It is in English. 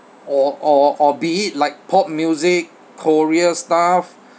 or or or be it like pop music korea stuff